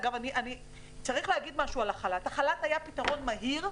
אגב, החל"ת היה פתרון מהיר,